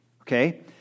Okay